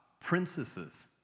princesses